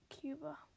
Cuba